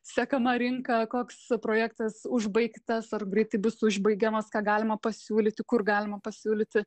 sekama rinka koks projektas užbaigtas ar greitai bus užbaigiamas ką galima pasiūlyti kur galima pasiūlyti